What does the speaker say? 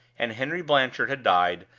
and henry blanchard had died,